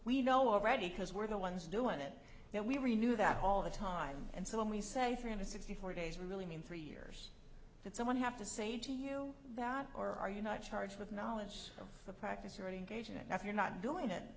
we know already because we're the ones doing it then we renew that all the time and so when we say three hundred sixty four days we really mean three years that someone have to say to you that or are you not charged with knowledge of the practice or engage in it if you're not doing it